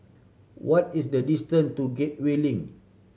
what is the distant to Gateway Link